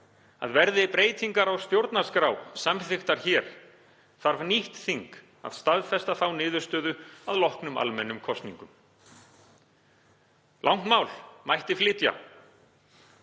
að verði breytingar á stjórnarskrá samþykktar hér þarf nýtt þing að staðfesta þá niðurstöðu að loknum almennum kosningum. Langt mál mætti flytja,